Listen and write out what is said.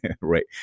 right